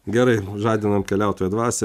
gerai žadinam keliautojo dvasią